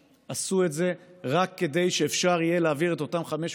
עשו את זה רק כדי שאפשר יהיה להעביר את אותם 500